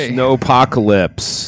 Snowpocalypse